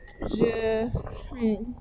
Je